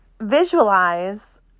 visualize